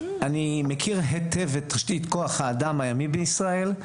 אני מכיר היטב את תשתית כוח האדם הימי בישראל.